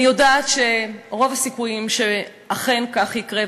אני יודעת שרוב הסיכויים שאכן כך יקרה,